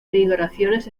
migraciones